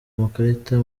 amakarita